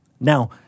Now